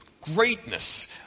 greatness